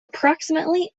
approximately